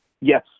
Yes